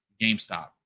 gamestop